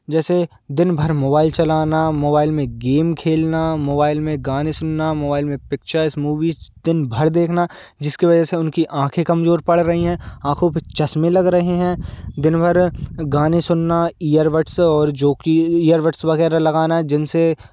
जैसे दिनभर मोबाइल चलाना मोबाइल में गेम खेलना मोबाइल में गाने सुनना मोबाइल में पिक्चर्स मूवीज़ दिन भर देखना जिस की वजह से उनकी आँखे कमजोर पड़ रही हैं आँखों पर चश्मे लग रहे हैं दिन भर गाने सुनना इयरबड्स और जो की इयरबड्स वगैरह लगाना जिनसे